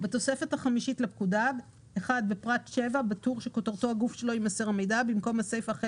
הודעה על מתן פטור כאמור בסעיף קטן